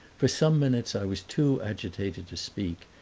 for some minutes i was too agitated to speak,